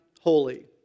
holy